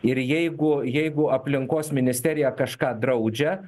ir jeigu jeigu aplinkos ministerija kažką draudžia